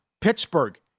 Pittsburgh